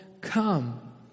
come